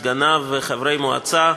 סגניו וחברי המועצה,